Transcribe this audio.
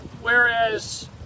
whereas